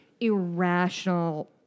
irrational